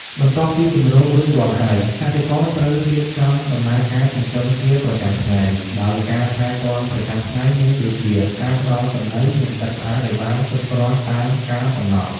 បន្ទាប់ពីជម្រករួចរាល់ហើយ កសិករត្រូវរៀបចំដំណើរការចិញ្ចឹមជាប្រចាំថ្ងៃ ដោយការថែទាំប្រចាំថ្ងៃមានដូចជាការផ្តល់ចំណីនិងទឹកស្អាតឲ្យបានគ្រប់គ្រាន់តាមកាលកំណត់។